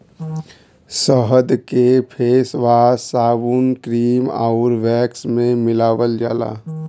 शहद के फेसवाश, साबुन, क्रीम आउर वैक्स में मिलावल जाला